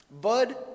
Bud